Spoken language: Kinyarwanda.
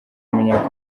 w’umunya